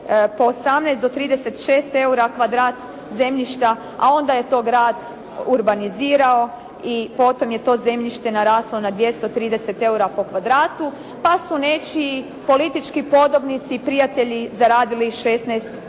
po 18-36 € kvadrat zemljišta, a onda je to grad urbanizirao i potom je to zemljište naraslo na 230 € po kvadratu pa su nečiji politički podobnici i prijatelji zaradili 16 milijuna